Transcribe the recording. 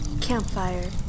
Campfire